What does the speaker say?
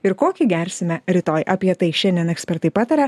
ir kokį gersime rytoj apie tai šiandien ekspertai pataria